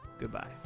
Goodbye